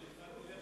אדוני היושב-ראש,